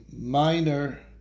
minor